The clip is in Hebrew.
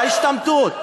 על ההשתמטות.